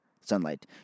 sunlight